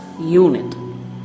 unit